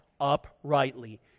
uprightly